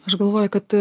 aš galvoju kad